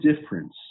difference